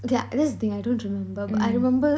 okay that's the thing I don't remember but I remember